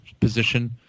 position